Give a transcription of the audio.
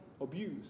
abuse